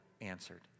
answered